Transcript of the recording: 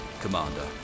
Commander